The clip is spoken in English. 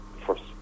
first